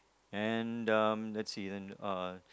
and um let's see and uh